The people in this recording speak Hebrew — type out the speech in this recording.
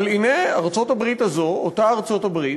אבל הנה, ארצות-הברית הזאת, אותה ארצות-הברית,